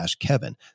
kevin